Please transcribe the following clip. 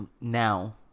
now